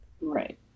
right